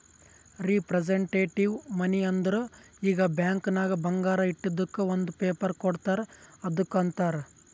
representative money ಅಂದುರ್ ಈಗ bank ನಾಗ್ ಬಂಗಾರ ಇಟ್ಟಿದುಕ್ ಒಂದ್ ಪೇಪರ್ ಕೋಡ್ತಾರ್ ಅದ್ದುಕ್ ಅಂತಾರ್